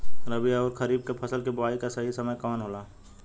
रबी अउर खरीफ के फसल के बोआई के सही समय कवन होला?